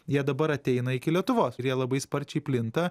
jie dabar ateina iki lietuvos ir jie labai sparčiai plinta